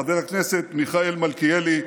חבר הכנסת מיכאל מלכיאלי,